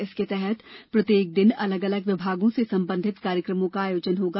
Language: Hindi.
इसके तहत प्रत्येक दिन अलग अलग विभागों से संबंधित कार्यक्रमों का आयोजन होगा